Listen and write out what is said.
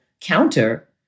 counter